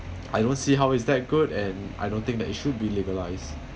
I don't see how is that good and I don't think that it should be legalised